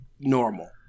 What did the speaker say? normal